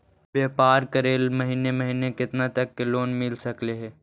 व्यापार करेल महिने महिने केतना तक लोन मिल सकले हे?